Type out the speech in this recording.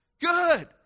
Good